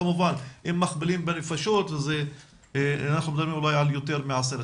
כמובן שאם מכפילים בנפשות אנחנו מדברים על אולי יותר מ-10,000.